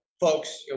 folks